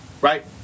right